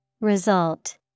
Result